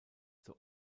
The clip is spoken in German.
zur